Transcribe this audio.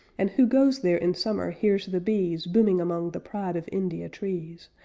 and who goes there in summer hears the bees booming among the pride of india trees,